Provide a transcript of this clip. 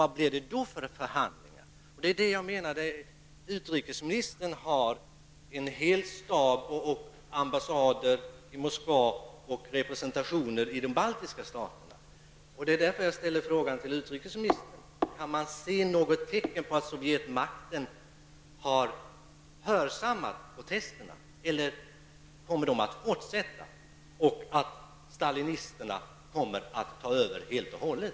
Vad blir det då för förhandlingar? Utrikesministern har en hel stab av medarbetare, en ambassad i Moskva och representationen i de baltiska staterna, och det är därför jag ställer frågan till utrikesministern: Kan man se något tecken på att Sovjetmakten har tagit intryck av protesterna eller kommer konflikten att fortsätta och stalinisterna ta över helt och hållet?